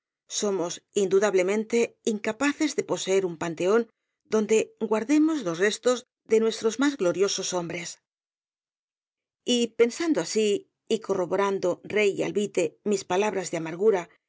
somos indudablemente incapaces de poseer un panteón donde guardemos los restos de nuestros más gloriosos hombres y pensando así y corroborando rey alvite mis palabras de amargura